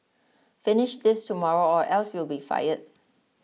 finish this tomorrow or else you'll be fired